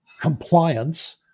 compliance